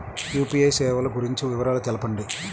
UPI సేవలు గురించి వివరాలు తెలుపండి?